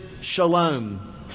shalom